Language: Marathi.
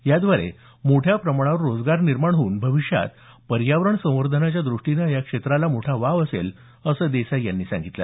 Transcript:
याद्वारे मोठ्या प्रमाणात रोजगार निर्माण होऊन भविष्यात पर्यावरण संवर्धनाच्या द्रष्टीने या क्षेत्राला मोठा वाव असेल असं देसाई यांनी सांगितलं